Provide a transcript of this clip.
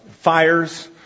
fires